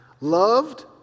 loved